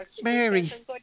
Mary